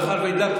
ברגע זה הגשתי את